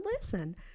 listen